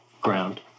ground